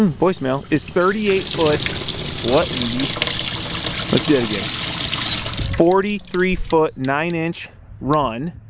um voicemail is thirty eight foot what in the let's do it again forty three foot nine inch run